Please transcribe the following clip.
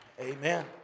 Amen